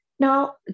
Now